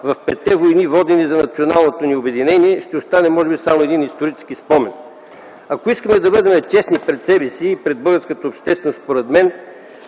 в петте войни, водени за националното ни обединение, ще остане може би само един исторически спомен. Ако искаме да бъдем честни пред себе си и пред българската общественост, според мен,